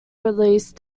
released